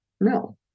No